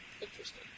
Interesting